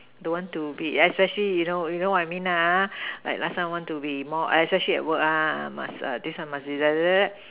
don't want to be especially you know you know what I mean lah ha like last time want to be more especially at work ah must this one must be like that like that like that